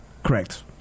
Correct